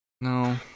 No